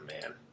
man